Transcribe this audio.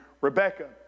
Rebecca